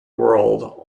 world